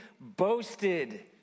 boasted